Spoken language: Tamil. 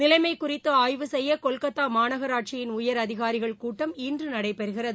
நிலைமை குறித்து ஆய்வு செய்ய கொல்கத்தா மாநகராட்சியின் உயரதிகாரிகள் கூட்டம் இன்று நடைபெறுகிறது